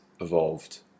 evolved